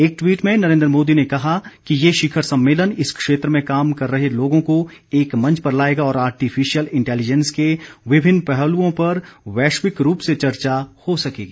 एक ट्वीट में नरेंद्र मोदी ने कहा कि यह शिखर सम्मेलन इस क्षेत्र में काम कर रहे लोगों को एक मंच पर लाएगा और आर्टिफिशियल इंटेलिजेंस के विभिन्न पहलुओं पर वैश्विक रूप से चर्चा हो सकेगी